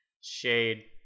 shade